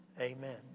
Amen